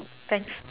thanks